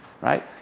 Right